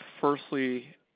Firstly